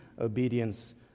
obedience